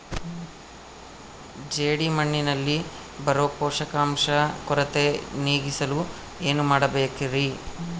ಜೇಡಿಮಣ್ಣಿನಲ್ಲಿ ಬರೋ ಪೋಷಕಾಂಶ ಕೊರತೆ ನೇಗಿಸಲು ಏನು ಮಾಡಬೇಕರಿ?